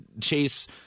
Chase